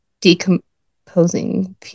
decomposing